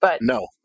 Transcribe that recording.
No